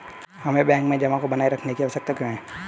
हमें बैंक में जमा को बनाए रखने की आवश्यकता क्यों है?